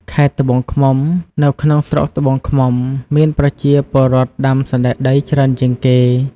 ខេត្តត្បូងឃ្មុំ នៅក្នុងស្រុកត្បូងឃ្មុំ មានប្រជាពលរដ្ឋដាំសណ្តែកដីច្រើនជាងគេ។